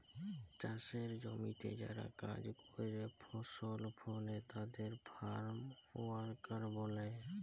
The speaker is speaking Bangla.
চাসের জমিতে যারা কাজ করেক ফসল ফলে তাদের ফার্ম ওয়ার্কার ব্যলে